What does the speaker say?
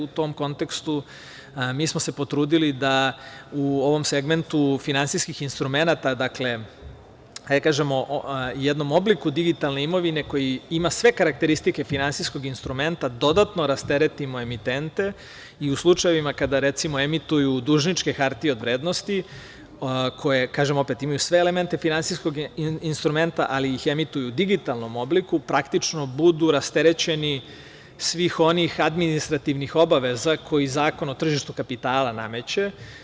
U tom kontekstu, mi smo se potrudili da u ovom segmentu finansijskih instrumenata, dakle, ajde da kažemo jednom obliku digitalne imovine koji ima sve karakteristike finansijskog instrumenta, dodatno rasteretimo emitente i slučajevima kada, recimo, emituju dužničke hartije od vrednosti koje, kažem, opet imaju sve elemente finansijskog instrumenta, ali ih emituju u digitalnom obliku, praktično budu rasterećeni svih onih administrativnih obaveza koji Zakon o tržištu kapitala nameće.